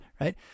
right